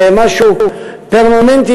זה משהו פרמננטי,